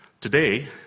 Today